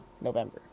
November